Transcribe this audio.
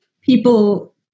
people